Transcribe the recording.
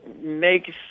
makes